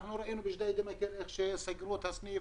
אנחנו ראינו בג'דיידה-מכר איך שסגרו את הסניף,